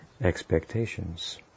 expectations